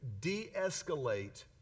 de-escalate